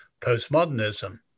postmodernism